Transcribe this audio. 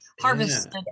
harvested